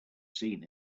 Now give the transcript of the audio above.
seen